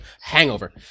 hangover